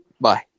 Bye